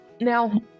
now